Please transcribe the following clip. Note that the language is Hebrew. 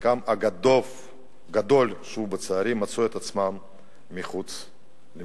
וחלקם הגדול, שוב לצערי, מצאו את עצמם מחוץ למחקר.